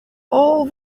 all